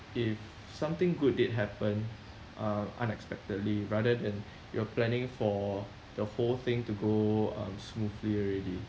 if something good did happen uh unexpectedly rather than you are planning for the whole thing to go um smoothly already